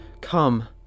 Come